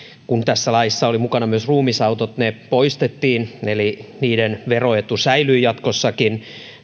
tässä laissa olivat mukana myös ruumisautot ne poistettiin eli niiden veroetu säilyy jatkossakin